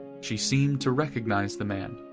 she seemed to recognize the man,